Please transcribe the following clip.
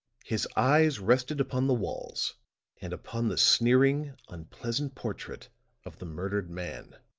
his eyes rested upon the walls and upon the sneering, unpleasant portrait of the murdered man.